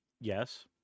Yes